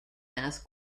math